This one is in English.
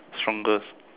strongest